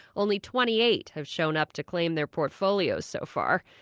only twenty eight have shown up to claim their portfolios so far.